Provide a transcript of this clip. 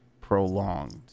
prolonged